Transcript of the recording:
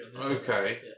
okay